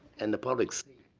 and the public. so